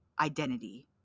identity